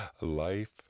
Life